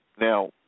Now